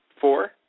Four